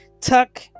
tuck